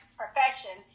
profession